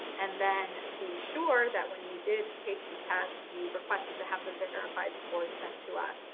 and then be sure that when you did take the test, you requested to have the verified scores sent to us,